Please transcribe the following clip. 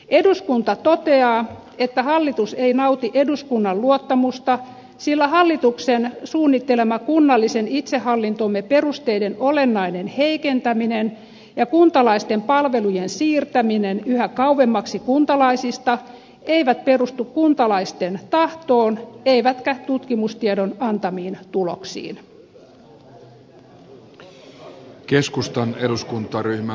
eduskunta toteaa että hallitus ei nauti eduskunnan luottamusta sillä hallituksen suunnittelemat kunnallisen itsehallintomme perusteiden olennainen heikentäminen ja kuntalaisten palvelujen siirtäminen yhä kauemmaksi kuntalaisista eivät perustu kuntalaisten tahtoon eivätkä tutkimustiedon antamiin tuloksiin